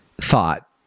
thought